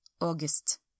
august